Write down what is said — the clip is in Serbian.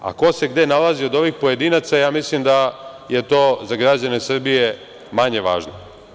Ko se gde nalazi od ovih pojedinaca, ja mislim da je to za građane Srbije manje važno.